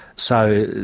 so,